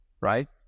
right